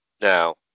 Now